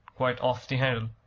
quite off the handle!